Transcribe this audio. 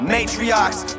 Matriarchs